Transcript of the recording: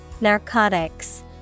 narcotics